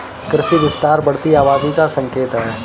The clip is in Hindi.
कृषि विस्तार बढ़ती आबादी का संकेत हैं